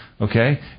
Okay